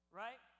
right